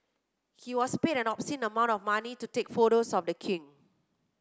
he was paid an obscene amount of money to take photos of the king